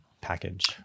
package